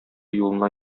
юлына